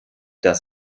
dass